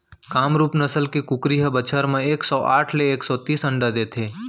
कामरूप नसल के कुकरी ह बछर म एक सौ अठारा ले एक सौ तीस अंडा देथे